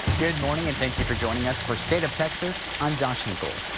good morning and thank you for joining us for state of texas i'm josh hinkle.